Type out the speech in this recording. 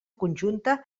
conjunta